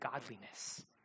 godliness